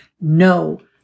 no